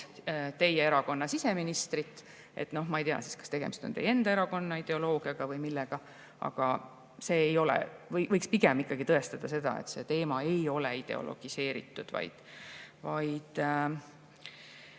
teie erakonna siseministrit. Noh, ma ei tea, kas tegemist on teie enda erakonna ideoloogiaga või millega, aga see võiks pigem ikkagi tõestada seda, et see teema ei ole ideologiseeritud, vaid